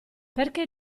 perché